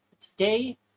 Today